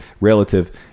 relative